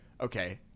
okay